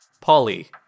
Polly